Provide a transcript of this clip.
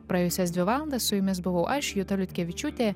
praėjusias dvi valandas su jumis buvau aš juta liutkevičiūtė